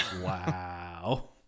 Wow